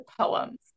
poems